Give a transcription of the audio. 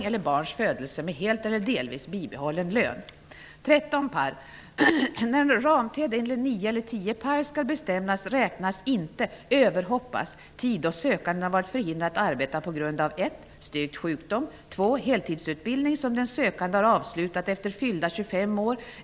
Jag anser att det är oansvarigt av Börje Hörnlund att så inte skett. Om så hade varit fallet hade man i dag kunnat känna sig nöjd med att man har ordentligt på fötterna.